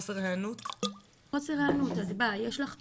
את באה, יש לך פר"ח.